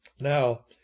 Now